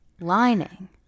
lining